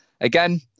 Again